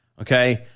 Okay